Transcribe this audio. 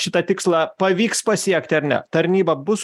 šitą tikslą pavyks pasiekti ar ne tarnyba bus